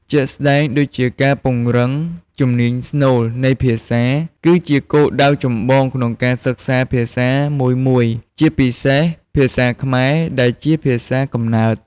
ជាក់ស្ដែងដូចជា ការពង្រឹងជំនាញស្នូលនៃភាសា គឺជាគោលដៅចម្បងក្នុងការសិក្សាភាសាមួយៗ ជាពិសេសភាសាខ្មែរដែលជាភាសាកំណើត។